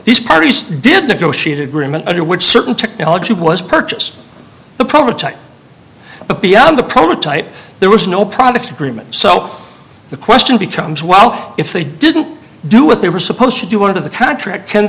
these parties did negotiate agreement under which certain technology was purchased the prototype but beyond the prototype there was no product agreement so the question becomes well if they didn't do what they were supposed to do one of the contract can